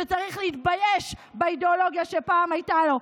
שצריך להתבייש באידיאולוגיה שפעם הייתה לו.